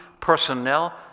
personnel